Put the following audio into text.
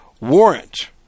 warrant